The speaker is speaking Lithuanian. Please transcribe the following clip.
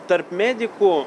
tarp medikų